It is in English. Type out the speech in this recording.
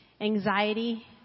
anxiety